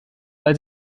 weil